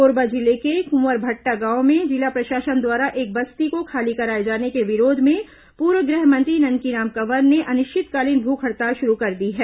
कोरबा जिले के कुंवरभट्टा गांव में जिला प्रशासन द्वारा एक बस्ती को खाली कराए जाने के विरोध में पूर्व गृह मंत्री ननकीराम कंवर ने अनिश्चितकालीन भूख हड़ताल शुरू कर दी है